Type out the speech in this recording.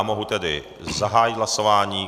Mohu tedy zahájit hlasování.